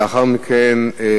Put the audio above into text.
הצעות לסדר-היום שמספריהן 4693,